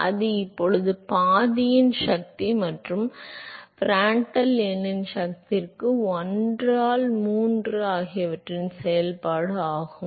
எனவே அது இப்போது பாதியின் சக்தி மற்றும் பிராண்டல் எண்ணின் சக்திக்கு 1 ஆல் 3 ஆகியவற்றின் சில செயல்பாடு ஆகும்